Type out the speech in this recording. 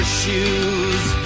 shoes